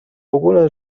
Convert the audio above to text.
ogóle